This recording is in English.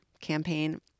campaign